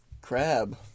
crab